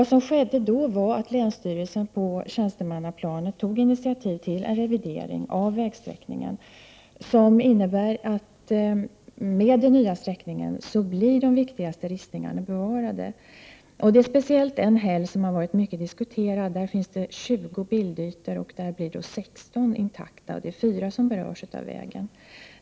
Därefter tog länsstyrelsen, på tjänstemannaplanet, initiativ till en revidering av vägsträckningen. Den nya sträckningen innebär att de viktigaste ristningarna kommer att bevaras. Det är speciellt en häll som man har diskuterat mycket. På denna häll finns det 20 bildytor och 16 kommer att förbli intakta. 4 berörs alltså av vägen.